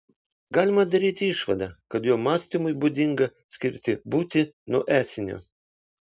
galima daryti išvadą kad jo mąstymui būdinga skirti būtį nuo esinio